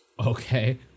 Okay